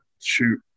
Shoot